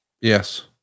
Yes